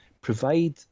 provide